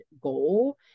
goal